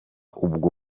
ubwo